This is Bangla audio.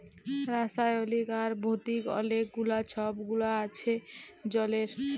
রাসায়লিক আর ভতিক অলেক গুলা ছব গুল আছে জলের